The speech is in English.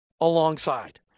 alongside